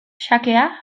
xakea